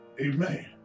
Amen